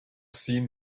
seen